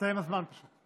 נגמר הזמן, פשוט.